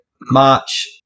March